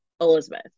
Elizabeth